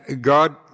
God